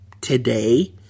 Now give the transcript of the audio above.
today